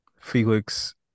Felix